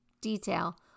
detail